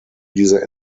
diese